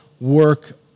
work